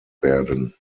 werden